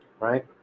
Right